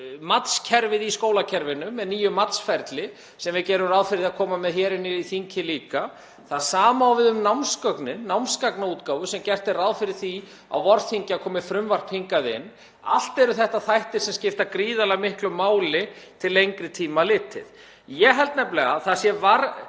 matskerfið í skólakerfinu með nýjum matsferli sem við gerum ráð fyrir að koma með inn í þingið líka. Það sama á við um námsgögnin, námsgagnaútgáfu sem gert er ráð fyrir á vorþingi að komi frumvarp um hingað inn. Allt eru þetta þættir sem skipta gríðarlega miklu máli til lengri tíma litið. Ég held nefnilega að það sé